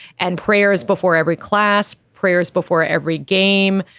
and prayers before every class prayers before every game.